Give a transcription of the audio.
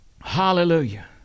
Hallelujah